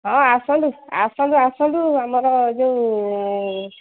ହଁ ଆସନ୍ତୁ ଆସନ୍ତୁ ଆସନ୍ତୁ ଆମର ଯେଉଁ